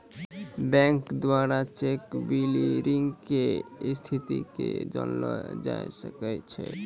bank द्वारा cheque clearing के स्थिति के जानलो जाय सकै छै